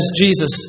Jesus